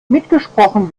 mitgesprochen